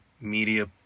media